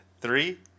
Three